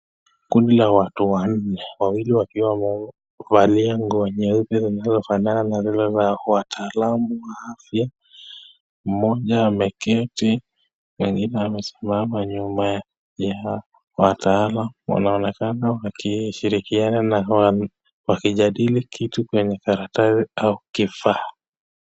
Kundi la watu wanne wawili wakiwa wamevalia nguo nyeupe zinazofanana na zile za wataalamu wa afya. Mmoja ameketi, mwingine amesimama nyuma ya wataalamu. Wanaonekana wakishirikiana na au wakijadili kitu kwenye karatasi au kifaa.